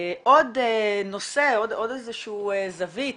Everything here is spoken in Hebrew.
עוד זווית